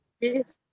Yes